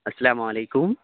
السلام علیکم